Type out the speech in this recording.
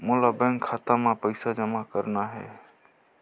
मोला बैंक खाता मां पइसा जमा करना हे?